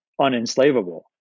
unenslavable